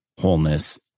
wholeness